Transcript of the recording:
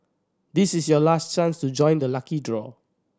this is your last chance to join the lucky draw